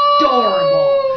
Adorable